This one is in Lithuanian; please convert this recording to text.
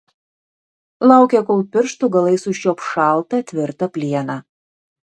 laukė kol pirštų galais užčiuops šaltą tvirtą plieną